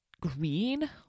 green